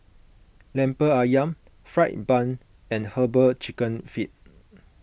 Lemper Ayam Fried Bun and Herbal Chicken Feet